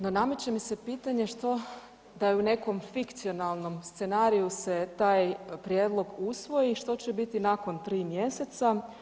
No, nameće mi se pitanje, što da je u nekom fikcionalnom scenariju se taj prijedlog usvoji, što će biti nakon 3 mjeseca.